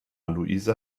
luise